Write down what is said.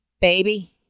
baby